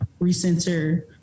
recenter